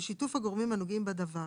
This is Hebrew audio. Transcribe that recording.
בשיתוף הגורמים הנוגעים בדבר."